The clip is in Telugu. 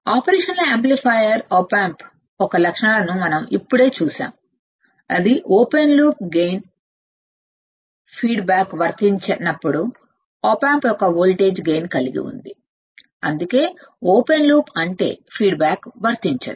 ఆపరేషన్ యాంప్లిఫైయర్ యొక్క లక్షణాల ను మనం అప్పుడే చూసాము అది open loop gain feedback వర్తించనప్పుడు ఆప్ ఆంప్ వోల్టేజ్ గైన్ కలిగి ఉంది అందుకే ఓపెన్ లూప్ అంటే ఫీడ్ బ్యాక్ వర్తించదు